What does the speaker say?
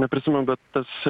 neprisimenu bet tas